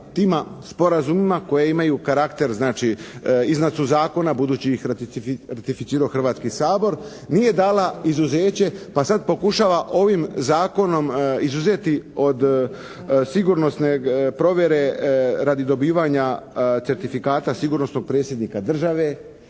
tima sporazumima koje imaju karakter znači iznad su zakona budući ih je ratificirao Hrvatski sabor, nije dala izuzeće pa sad pokušava ovim zakonom izuzeti od sigurnosne provjere radi dobivanja certifikata sigurnosnog Predsjednika države,